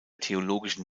theologischen